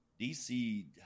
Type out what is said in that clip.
DC